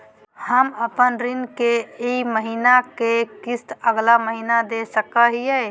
हम अपन ऋण के ई महीना के किस्त अगला महीना दे सकी हियई?